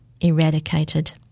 eradicated